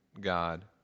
God